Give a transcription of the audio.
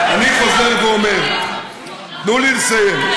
אני חוזר ואומר, תנו לי לסיים.